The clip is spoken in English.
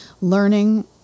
learning